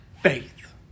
faith